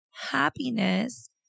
happiness